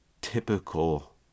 typical